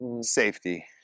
Safety